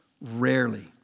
rarely